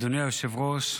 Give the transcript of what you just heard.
אדוני היושב-ראש,